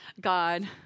God